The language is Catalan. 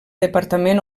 departament